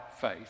faith